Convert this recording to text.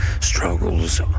struggles